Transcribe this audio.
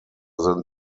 than